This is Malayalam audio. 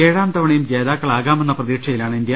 ഏഴാം തവണയും ജേതാക്കളാകാമെന്ന പ്രതീക്ഷയിലാണ് ഇന്ത്യ